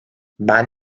ben